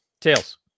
tails